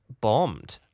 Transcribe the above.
bombed